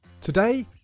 Today